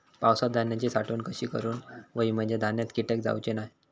पावसात धान्यांची साठवण कशी करूक होई म्हंजे धान्यात कीटक जाउचे नाय?